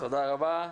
תודה רבה,